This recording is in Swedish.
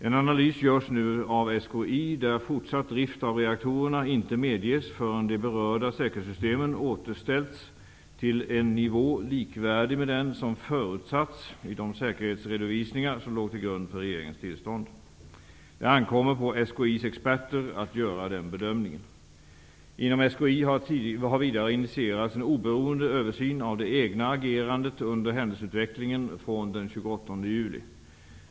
En analys görs nu av SKI där fortsatt drift av reaktorerna inte medges förrän de berörda säkerhetssystemen återställts till en nivå likvärdig med den som förutsatts i de säkerhetsredovisningar som låg till grund för regeringens tillstånd. Det ankommer på SKI:s experter att göra den bedömningen. Inom SKI har vidare initierats en oberoende översyn av det egna agerandet under händelseutvecklingen från den 28 juli.